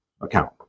account